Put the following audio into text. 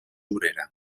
obrera